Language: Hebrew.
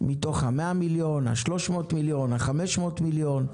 מתוך ה-100 מיליון, ה-300 מיליון, ה-500 מיליון.